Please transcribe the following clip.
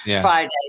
Friday